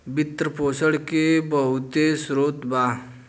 वित्त पोषण के बहुते स्रोत बा